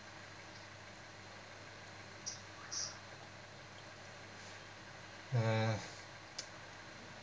uh